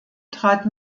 trat